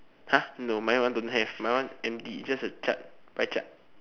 !huh! no my one don't have my one empty it's just a chart pie chart